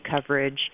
coverage